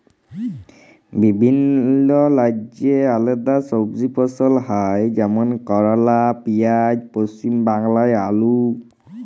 বিভিল্য রাজ্যে আলেদা সবজি ফসল হ্যয় যেমল করলা, পিয়াঁজ, পশ্চিম বাংলায় আলু